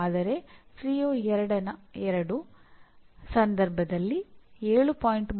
ಆದರೆ ಸಿಒ2 ನ ಸಂದರ್ಭದಲ್ಲಿ 7